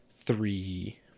Three